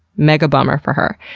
mega bummer for her.